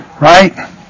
Right